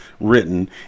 written